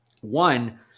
one